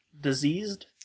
Diseased